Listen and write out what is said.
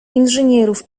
inżynierów